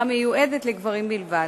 המיועדת לגברים בלבד.